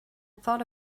thought